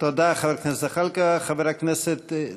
תודה, חבר הכנסת זחאלקה.